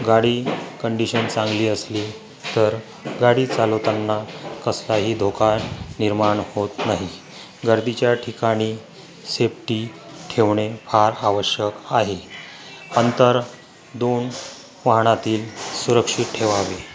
गाडी कंडिशन चांगली असली तर गाडी चालवताना कसलाही धोका निर्माण होत नाही गर्दीच्या ठिकाणी सेफ्टी ठेवणे फार आवश्यक आहे अंतर दोन वाहनातील सुरक्षित ठेवावे